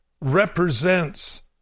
represents